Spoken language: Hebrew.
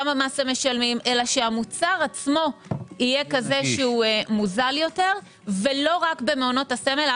כמה מס הם משלמים אלא שהמוצר עצמו יהיה מוזל יותר ולא רק במעונות הסמל.